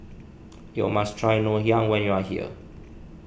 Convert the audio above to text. you must try Ngoh Hiang when you are here